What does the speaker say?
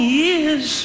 years